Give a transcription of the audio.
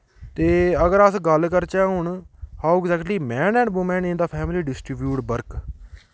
ते अगर अस गल्ल करचै हून how exactly man and woman in the family distribute work